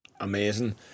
Amazing